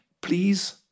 please